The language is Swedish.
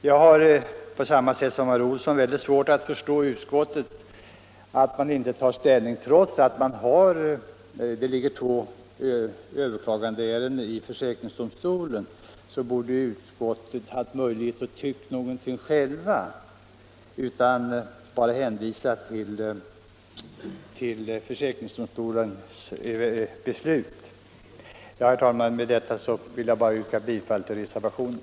Jag har på samma sätt som herr Olsson väldigt svårt att förstå att utskottet inte tar ställning. Trots att det ligger två överklagandeärenden hos försäkringsdomstolen borde utskottets majoritet haft möjlighet att ”tycka” någonting själv och inte bara hänvisa till försäkringsdomstolens beslut. Herr talman! Med detta vill jag bara yrka bifall till reservationen.